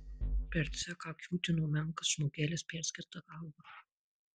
per cechą kiūtino menkas žmogelis perskelta galva